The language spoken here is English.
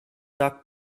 doc